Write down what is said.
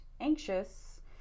anxious